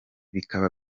bikaba